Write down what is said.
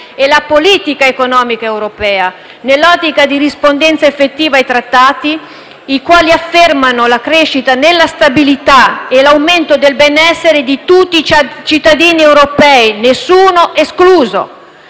e la politica economica europea, nell'ottica di rispondenza effettiva ai trattati, i quali affermano la crescita nella stabilità e l'aumento del benessere di tutti i cittadini europei, nessuno escluso.